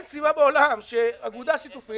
אין סיבה בעולם שאגודה שיתופית,